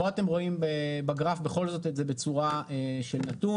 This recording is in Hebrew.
פה אתם רואים בגרף בכל זאת את זה בצורה של נתון.